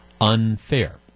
unfair